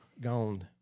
gone